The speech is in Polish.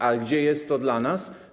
A gdzie jest to dla nas?